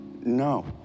no